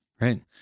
Right